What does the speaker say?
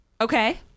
Okay